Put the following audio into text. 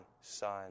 son